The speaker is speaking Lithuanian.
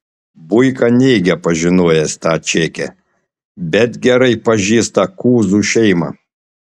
buika neigia pažinojęs tą čekę bet gerai pažįsta kuzų šeimą